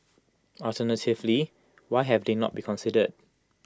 alternatively why have they not been considered